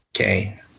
okay